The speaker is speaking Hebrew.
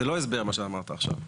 זה לא הסבר מה שאמרת עכשיו.